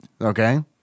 Okay